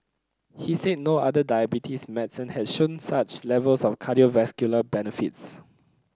he said no other diabetes medicine had shown such levels of cardiovascular benefits